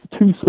two